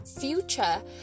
future